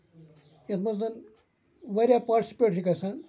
یِتھ منٛز واریاہ پارٹِسپیٹ چھُ گژھان